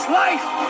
life